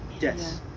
Yes